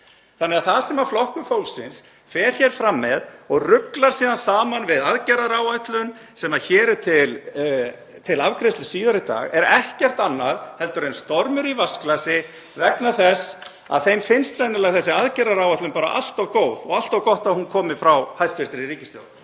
hætti? Það sem Flokkur fólksins fer hér fram með og ruglar síðan saman við aðgerðaáætlun sem hér er til afgreiðslu síðar í dag er ekkert annað en stormur í vatnsglasi vegna þess að þeim finnst sennilega þessi aðgerðaáætlun bara allt of góð og allt of gott að hún komi frá hæstv. ríkisstjórn.